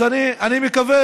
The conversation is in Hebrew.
אז אני מקווה,